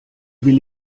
will